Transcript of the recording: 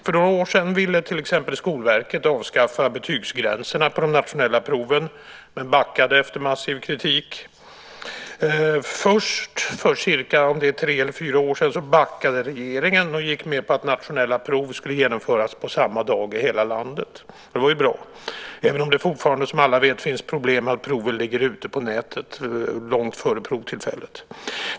För några år sedan ville till exempel Skolverket avskaffa betygsgränserna på de nationella proven men backade efter massiv kritik. Först för tre eller fyra år sedan backade regeringen och gick med på att nationella prov skulle genomföras på samma dag i hela landet. Det var ju bra även om det fortfarande, som alla vet, finns problem med att proven ligger ute på nätet långt före provtillfället.